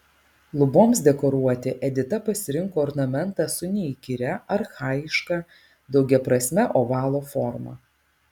luboms dekoruoti edita pasirinko ornamentą su neįkyria archajiška daugiaprasme ovalo forma